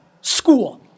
school